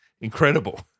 incredible